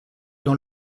dans